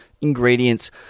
ingredients